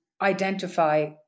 identify